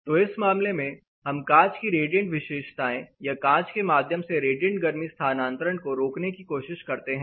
तो इस मामले में हम कांच की रेडिएंट विशेषताएं या कांच के माध्यम से रेडियंट गर्मी स्थानांतरण को रोकने की कोशिश करते हैं